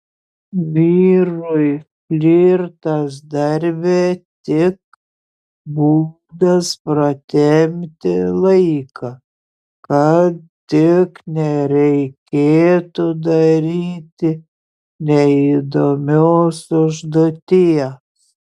vyrui flirtas darbe tik būdas pratempti laiką kad tik nereikėtų daryti neįdomios užduoties